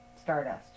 stardust